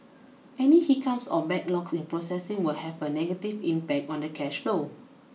any hiccups or backlogs in processing will have a negative impact on the cash flow